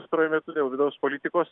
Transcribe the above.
pastaruoju metu dėl vidaus politikos